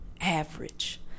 average